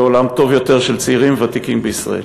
לעולם טוב יותר של צעירים וותיקים בישראל.